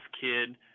kid